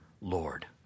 Lord